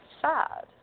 Sad